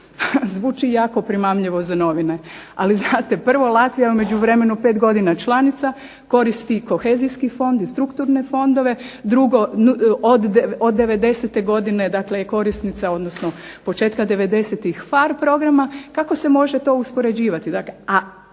Zvuči jako primamljivo za novine, ali znate prvo Latvija je u međuvremenu pet godina članica, koristi kohezijski fond i strukturne fondove. Drugo, od '90.-te godine je korisnica odnosno početka '90.-tih PHARE programa, kako se može to uspoređivati.